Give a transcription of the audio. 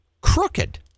Crooked